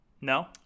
No